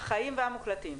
והמוקלטים?